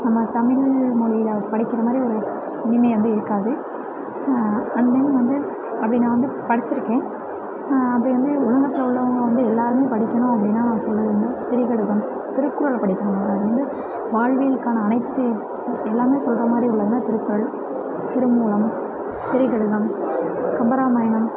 நம்ம தமிழ்மொழியில் படிக்கிற மாதிரி ஒரு இனிமை வந்து இருக்காது அண்ட் தென் வந்து அப்படி நான் வந்து படிச்சியிருக்கேன் அப்படி வந்து உலகத்தில் உள்ளவங்க வந்து எல்லாருமே படிக்கணும் அப்படின்னா நான் சொல்வது வந்து திரிகடுகம் திருக்குறள் படிக்கணும் அது வந்து வாழ்வியலுக்கான அனைத்து எல்லாமே சொல்கிற மாதிரி உள்ளது தான் திருக்குறள் திருமூலம் திரிகடுகம் கம்பராமாயணம்